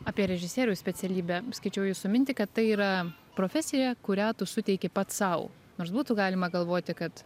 apie režisieriaus specialybę skaičiau jūsų mintį kad tai yra profesija kurią tu suteiki pats sau nors būtų galima galvoti kad